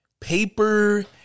paper